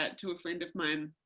ah to a friend of mine